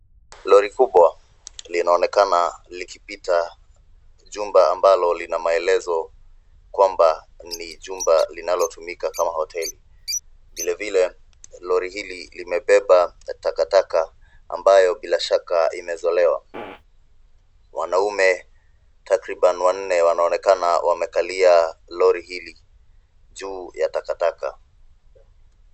Lori kubwa linaonekana likipita jumba ambalo lina maelezo kwamba ni jumba linalotumika kama hoteli. Vile vile lori hili libebeba takataka ambayo bila shaka imezolewa. Wanaume takriban wanne wanaonekana wamekalia lori hii juu ya takataka.